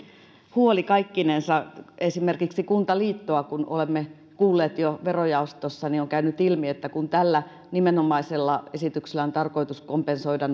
huoli kaikkinensa esimerkiksi kun olemme kuulleet kuntaliittoa jo verojaostossa niin on käynyt ilmi että kun tällä nimenomaisella esityksellä on tarkoitus kompensoida